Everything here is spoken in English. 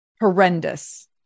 horrendous